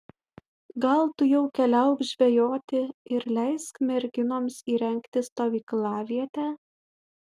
gal tu jau keliauk žvejoti ir leisk merginoms įrengti stovyklavietę